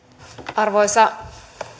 arvoisa